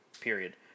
period